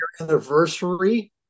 anniversary